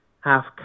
half